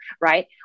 right